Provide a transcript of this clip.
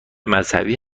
مذهبی